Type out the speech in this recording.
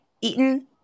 eaten